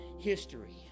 history